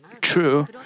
true